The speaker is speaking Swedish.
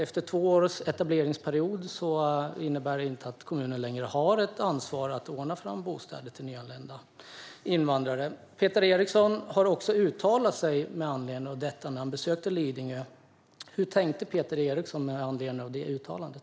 Efter två års etableringsperiod innebär det att Lidingö kommun inte längre har ett ansvar att ordna fram bostäder till nyanlända invandrare. Peter Eriksson uttalade sig med anledning av detta när han besökte Lidingö. Hur tänkte Peter Eriksson när han gjorde uttalandet?